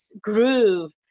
groove